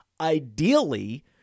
Ideally